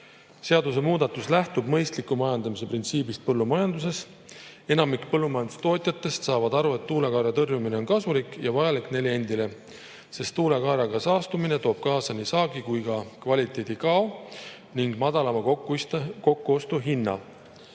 Seaduse muudatus lähtub mõistliku majandamise printsiibist põllumajanduses. Enamik põllumajandustootjatest saab aru, et tuulekaera tõrjumine on kasulik ja vajalik neile endile, sest tuulekaeraga saastumine toob kaasa nii saagi- kui ka kvaliteedikao ning madalama kokkuostuhinna.